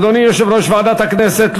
אדוני יושב-ראש ועדת הכנסת,